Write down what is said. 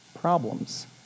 problems